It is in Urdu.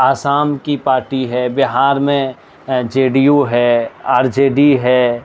آسام کی پارٹی ہے بہار میں جے ڈی یو ہے آر جے ڈی ہے